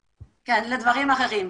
כן, לדברים אחרים.